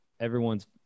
everyone's